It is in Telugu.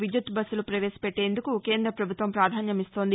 విద్యుత్ బస్సులు పవేశపెట్టేందుకు కేంద ప్రభుత్వం ప్రాధాన్యమిస్తోంది